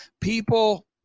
people